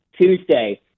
Tuesday